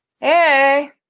Hey